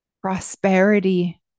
prosperity